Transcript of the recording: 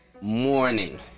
morning